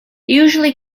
usually